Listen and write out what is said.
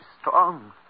strong